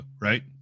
right